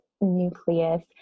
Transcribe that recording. nucleus